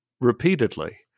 repeatedly